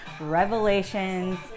revelations